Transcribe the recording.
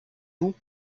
vous